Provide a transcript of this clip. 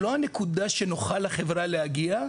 הנקודה שנוחה לחברה להגיע,